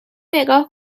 نگاه